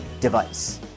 device